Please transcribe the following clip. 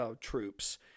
troops